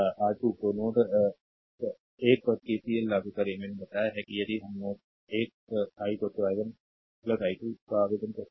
R2 तो और node 1 पर केसीएल लागू करें मैंने बताया है कि यदि हम नोड 1 i i1 i2 पर आवेदन करते हैं